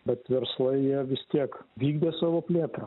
bet verslai jie vis tiek vykdė savo plėtrą